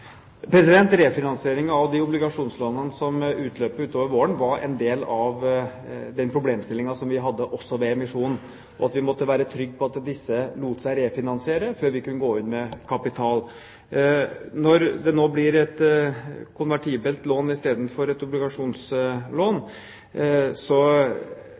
av de obligasjonslånene som utløper utover våren, var en del av den problemstillingen som vi hadde også ved emisjonen. Vi måtte være trygge på at disse lot seg refinansiere før vi kunne gå inn med kapital. Når det nå blir et konvertibelt lån i stedet for et obligasjonslån,